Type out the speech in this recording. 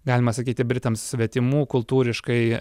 galima sakyti britams svetimų kultūriškai